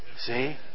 See